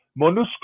Monusco